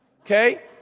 Okay